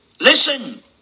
Listen